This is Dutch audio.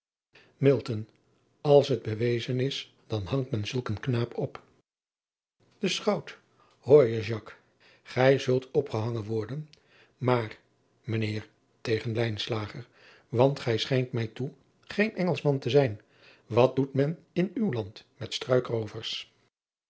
ls het bewezen is dan hangt men zulk een knaap op e chout oorje ij zult opgehangen worden maar mijn eer tegen want gij schijnt mij toe geen ngelschman te zijn wat doet men in uw land met